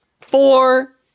Four